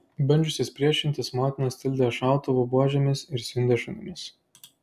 bandžiusias priešintis motinas tildė šautuvų buožėmis ir siundė šunimis